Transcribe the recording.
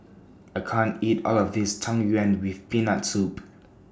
I can't eat All of This Tang Yuen with Peanut Soup